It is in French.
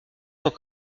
tant